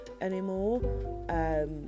anymore